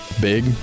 Big